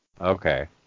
Okay